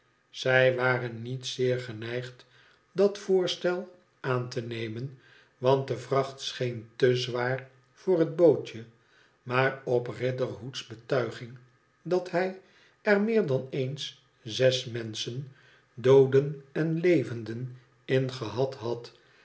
zij waren niet zeer geneigd dat voorstel aan te nemen want de vracht scheen te zwaar voor het bootje maar op riderhood's betuiging idat hij er meer dan eens zes menschen dooden en levenden in gehad had